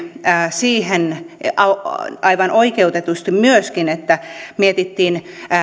siihen aivan oikeutetusti myöskin että mietittiin